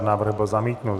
Návrh byl zamítnut.